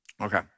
Okay